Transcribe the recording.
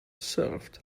served